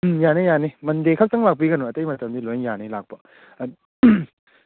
ꯎꯝ ꯌꯥꯅꯤ ꯌꯥꯅꯤ ꯃꯟꯗꯦ ꯈꯛꯇꯪ ꯂꯥꯛꯄꯤꯒꯅꯣ ꯑꯇꯩ ꯃꯇꯝꯗꯤ ꯂꯣꯏ ꯌꯥꯅꯤ ꯂꯥꯛꯄ